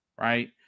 right